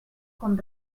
com